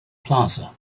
plaza